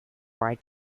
quite